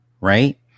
right